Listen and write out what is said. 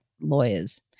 lawyers